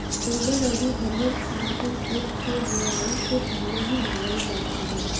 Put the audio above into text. गोबर अउरी हरिहर खाद के खेत के बोआई से पहिले ही डालल जात हवे